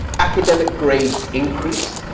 academic grades increase,